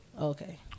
Okay